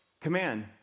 command